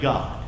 God